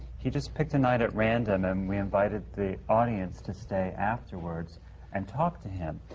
he just picked a night at random and we invited the audience to stay afterwards and talk to him.